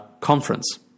Conference